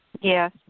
Yes